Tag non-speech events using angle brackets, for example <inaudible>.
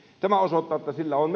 tämä osoittaa että sillä on <unintelligible>